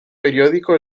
periódico